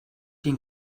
den